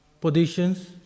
Positions